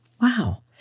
Wow